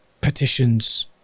petitions